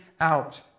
out